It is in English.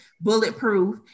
bulletproof